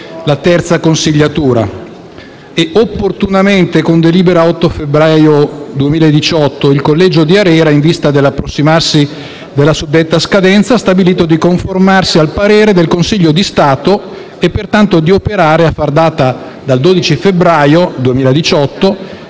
la terza consiliatura. E opportunamente, con delibera 8 febbraio 2018, il collegio di ARERA, in vista dell'approssimarsi della suddetta scadenza, ha stabilito di conformarsi al parere del Consiglio di Stato e, pertanto, di operare, a far data dal 12 febbraio 2018,